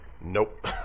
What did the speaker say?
Nope